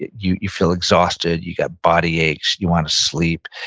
you you feel exhausted, you've got body aches, you want to sleep,